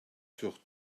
sur